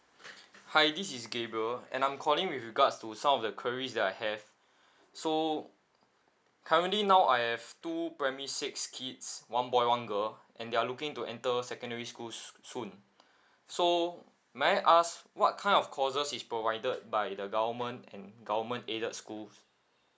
hi this is gabriel and I'm calling with regards to some of the queries that I have so currently now I have two primary six kids one boy one girl and they're looking to enter secondary school s~ soon so may I ask what kind of courses is provided by the government and government aided schools